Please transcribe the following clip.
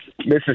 Mrs